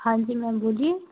हाँ जी मैम बोलिए